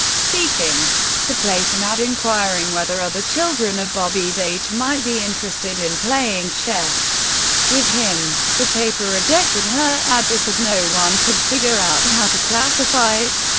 seeking to place an ad inquiring whether other children of bobby's age might be interested in playing chess with him. the paper rejected her ad, because no one could figure out how to classify it,